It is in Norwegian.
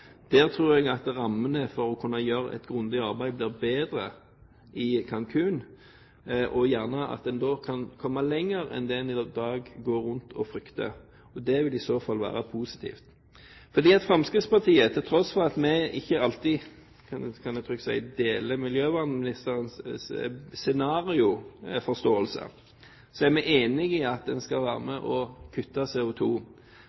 tror at rammene for å kunne gjøre et grundig arbeid blir bedre i Cancún, og at man da kan komme lenger enn det man i dag går rundt og frykter. Det vil i så fall være positivt. Til tross for at vi i Fremskrittspartiet ikke alltid – kan jeg trygt si – deler miljøvernministerens scenario-forståelse, er vi enig i at man skal være